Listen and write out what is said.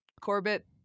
Corbett